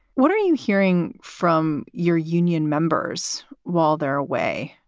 what are you hearing from your union members while they're away?